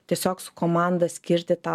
tiesiog su komanda skirti tą